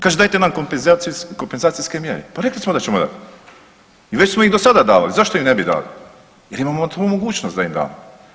Kaže dajte nam kompenzacijske mjere, pa rekli smo da ćemo dat i već smo i do sada davali, zašto im ne bi dali jer imamo tu mogućnosti da im damo.